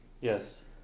Yes